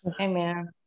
Amen